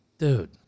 Dude